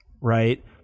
right